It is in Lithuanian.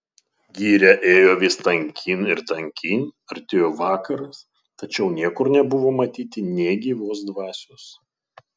giria ėjo vis tankyn ir tankyn artėjo vakaras tačiau niekur nebuvo matyti nė gyvos dvasios